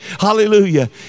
Hallelujah